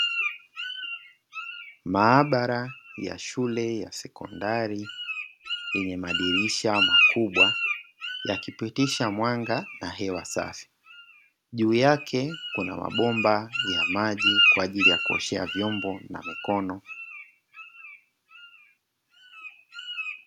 Maabara ya shule ya sekondari yenye madirisha makubwa yakipitisha mwanga na hewa safi, juu yake kuna mabomba ya maji kwa ajili ya kuoshea vyombo na mikono.